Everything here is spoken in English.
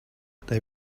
they